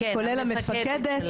הן נשים.